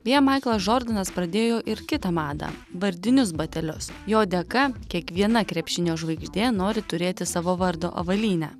beje maiklas džordanas pradėjo ir kitą madą vardinius batelius jo dėka kiekviena krepšinio žvaigždė nori turėti savo vardo avalynę